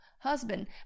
Husband